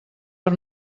per